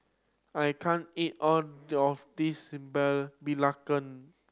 I can't eat all of this belacan